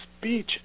speech